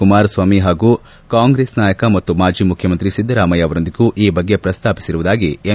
ಕುಮಾರಸ್ವಾಮಿ ಹಾಗೂ ಕಾಂಗ್ರೆಸ್ ನಾಯಕ ಮತ್ತು ಮಾಜಿ ಮುಖ್ಯಮಂತ್ರಿ ಸಿದ್ದರಾಮಯ್ಯ ಅವರೊಂದಿಗೂ ಈ ಬಗ್ಗೆ ಪ್ರಸ್ತಾಪಿಸಿರುವುದಾಗಿ ಎಂ